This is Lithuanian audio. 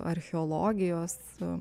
archeologijos su